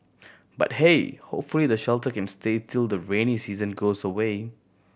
but hey hopefully the shelter can stay till the rainy season goes away